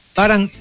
parang